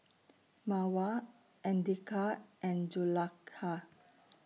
Mawar Andika and Zulaikha